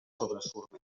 sobresurt